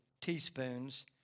teaspoons